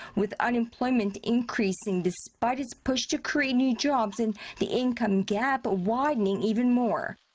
with unemployment increasing despite its push to create new jobs and the income gap widening even more.